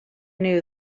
knew